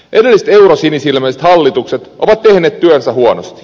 edelliset eurosinisilmäiset hallitukset ovat tehneet työnsä huonosti